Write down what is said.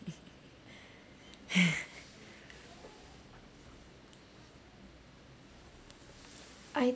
I